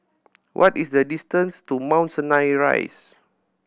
what is the distance to Mount Sinai Rise